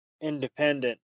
independent